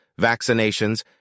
vaccinations